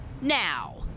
now